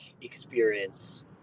experience